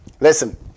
Listen